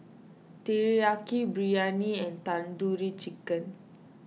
Teriyaki Biryani and Tandoori Chicken